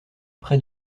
près